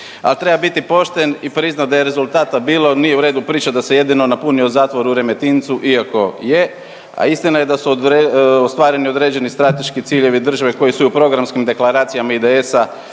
Al treba biti pošten i priznat da je rezultata bilo, nije u redu pričat da se jedino napunio zatvor u Remetincu, iako je, a istina je da su ostvareni određeni strateški ciljevi države koji su i u programskom deklaracijom IDS-a